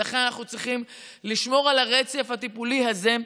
ולכן אנחנו צריכים לשמור על הרצף הטיפולי הזה,